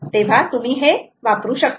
तेव्हा तुम्ही हे वापरू शकतात